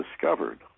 discovered